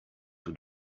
tout